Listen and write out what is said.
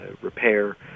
repair